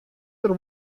der